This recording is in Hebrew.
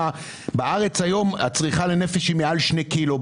בארץ היום הצריכה לנפש היא מעל שני קילו,